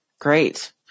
Great